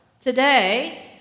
today